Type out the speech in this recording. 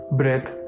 breath